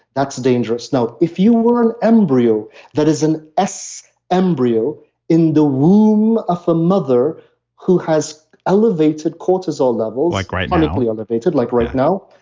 that's dangerous. now, if you were an embryo that is an s embryo in the womb of a mother who has elevated cortisol leveldave like right now elevated, like right now,